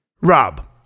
Rob